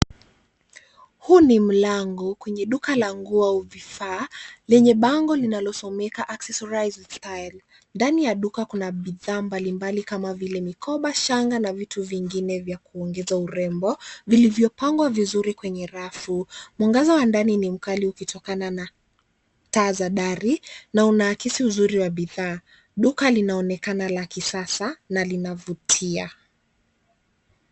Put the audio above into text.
Huu ni mlango kwenye duka la nguo au vifaa lenye bango linalosomeka Accessorize With Style . Ndani ya duka kuna bidhaa mbalimbali kama vile mikoba, shangaa na vitu vingine vya kuongeza urembo vilvyopangwa vizuri kwenye rafu. Mwangaza wa ndani ni mkali ukitokana na taa za dari na unaakisi uzuri wa bidhaa. Duka linaonekana la kisasa na linavutia.